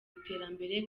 iterambere